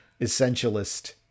essentialist